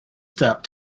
step